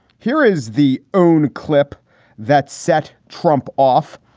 here is the own clip that set trump off.